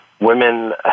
Women